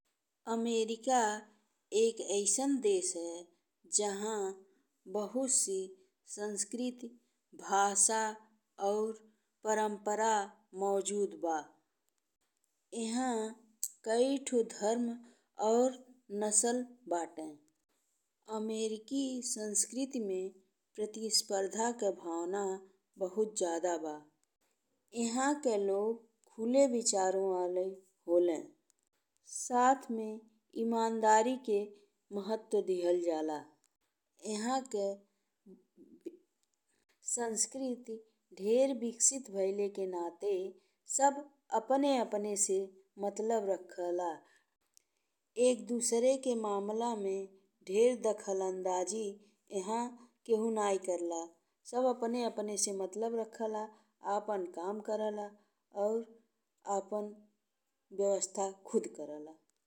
America एक अइसन देश है जहाँ बहुत से संस्कृति, भाषा और परंपरा मौजूद बा। एह में कइ ठु धर्म और नसल बाटे। अमेरिकी संस्कृति में प्रतिस्पर्धा के भावना बहुत जादा बा। एह के लोग खुले विचारो वाले होला साथ में ईमानदारी के महत्व दिअल जाला। एह के संस्कृति ढेर विकसित भइले के नाते सब अपने-अपने से मतलब रखेला। एक दुसरे के मामला में ढेर दखलंदाजी एह केहू नाहीं करला। सब अपने-अपने से मतलब रखेला अपन काम करेला और अपन व्यवस्था खुद करेला।